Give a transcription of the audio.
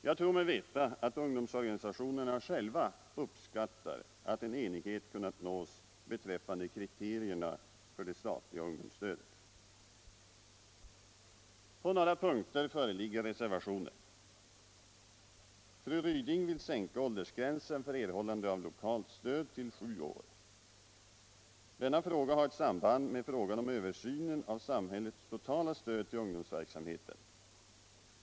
Jag tror mig veta att ungdomsorganisationerna själva uppskattar att en sådan enighet kunnat nås beträffande kriterierna för det statliga ungdomsstödet. På några punkter föreligger dock reservationer. Fru Ryding vill sänka åldersgränsen för erhållande av lokalt stöd till sju år. Denna fråga har ett samband med frågan om översynen av samhällets totala stöd till ungdomsverksamheten.